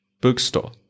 Bookstore